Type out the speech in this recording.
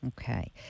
Okay